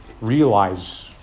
realize